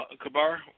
Kabar